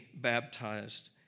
baptized